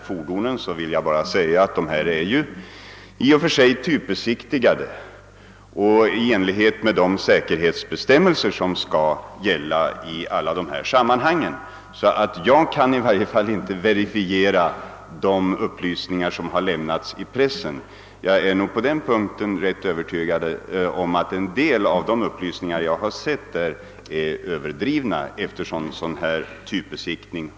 På det vill jag svara att fordonen är typbesiktigade enligt de säkerhetsbestämmelser som gäller, och jag kan därför inte verifiera uppgifterna i pressen. Jag är ganska övertygad om att en del av de uppgifterna är överdrivna, eftersom vi har en obligatorisk typbesiktning.